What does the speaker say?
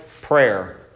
prayer